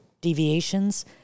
deviations